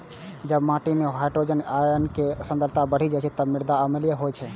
जब माटि मे हाइड्रोजन आयन के सांद्रता बढ़ि जाइ छै, ते मृदा अम्लीकरण होइ छै